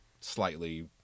slightly